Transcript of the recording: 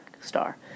star